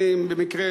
את מזרחה